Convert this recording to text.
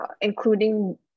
including